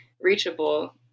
reachable